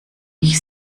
dich